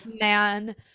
man